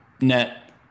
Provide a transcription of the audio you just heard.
net